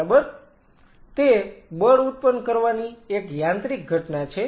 બરાબર તે બળ ઉત્પન્ન કરવાની એક યાંત્રિક ઘટના છે